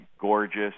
gorgeous